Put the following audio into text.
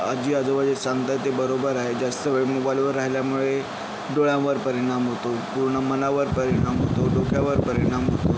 आजी आजोबा जे सांगताहेत ते बरोबर आहे जास्त वेळ मोबाईलवर राहिल्यामुळे डोळ्यांवर परिणाम होतो पूर्ण मनावर परिणाम होतो डोक्यावर परिणाम होतो